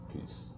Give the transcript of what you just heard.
peace